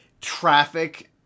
traffic